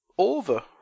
Over